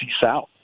South